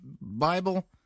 Bible